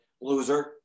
loser